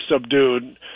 subdued